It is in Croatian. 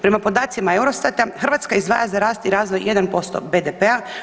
Prema podacima EUROSTAT-a Hrvatska izdvaja za rast i razvoj 1% BDP-a.